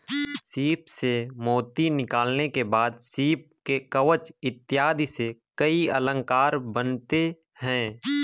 सीप से मोती निकालने के बाद सीप के कवच इत्यादि से कई अलंकार बनते हैं